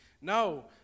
No